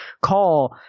call